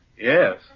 Yes